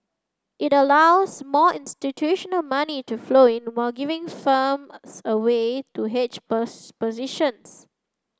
it allows more institutional money to flow in while giving firms a way to hedge positions